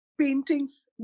paintings